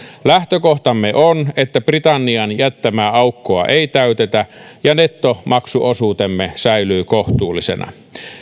lähtökohtamme on että britannian jättämää aukkoa ei täytetä ja nettomaksuosuutemme säilyy kohtuullisena